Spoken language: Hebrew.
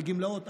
לגמלאות,